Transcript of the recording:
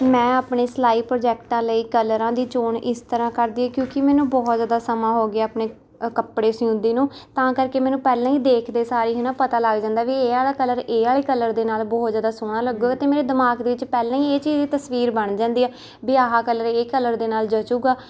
ਮੈਂ ਆਪਣੇ ਸਿਲਾਈ ਪ੍ਰੋਜੈਕਟਾਂ ਲਈ ਕਲਰਾਂ ਦੀ ਚੋਣ ਇਸ ਤਰ੍ਹਾਂ ਕਰਦੀ ਹਾਂ ਕਿਉਂਕਿ ਮੈਨੂੰ ਬਹੁਤ ਜ਼ਿਆਦਾ ਸਮਾਂ ਹੋ ਗਿਆ ਆਪਣੇ ਅ ਕੱਪੜੇ ਸਿਉਂਦੀ ਨੂੰ ਤਾਂ ਕਰਕੇ ਮੈਨੂੰ ਪਹਿਲਾਂ ਹੀ ਦੇਖਦੇ ਸਾਰ ਹੀ ਹੈ ਨਾ ਪਤਾ ਲੱਗ ਜਾਂਦਾ ਵੀ ਇਹ ਵਾਲਾ ਕਲਰ ਇਹ ਵਾਲੇ ਕਲਰ ਦੇ ਨਾਲ ਬਹੁਤ ਜ਼ਿਆਦਾ ਸੋਹਣਾ ਲੱਗੂਗਾ ਅਤੇ ਮੇਰੇ ਦਿਮਾਗ ਵਿੱਚ ਪਹਿਲਾਂ ਹੀ ਇਹ ਚੀਜ਼ ਦੀ ਤਸਵੀਰ ਬਣ ਜਾਂਦੀ ਵੀ ਆਹ ਕਲਰ ਇਹ ਕਲਰ ਦੇ ਨਾਲ ਜਚੂਗਾ